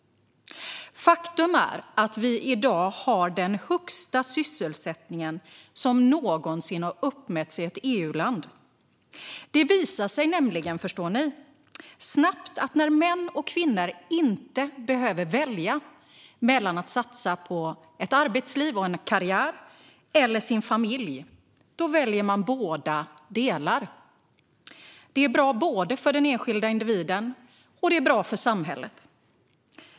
Faktum är att vi i dag har den högsta sysselsättningen som någonsin uppmätts i ett EU-land. Det visar sig nämligen snabbt, förstår ni, att när män och kvinnor inte behöver välja mellan att satsa på ett arbetsliv och en karriär och att satsa på sin familj, då väljer man båda delar. Det är bra både för den enskilda individen och för samhället.